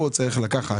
פה צריך לקחת,